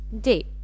day